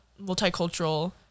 multicultural